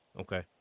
Okay